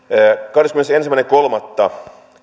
kahdeskymmenesensimmäinen kolmatta